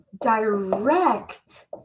direct